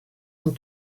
sont